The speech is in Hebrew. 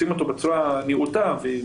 מקימים גן ועושים אותו בצורה נאותה ומקובלת,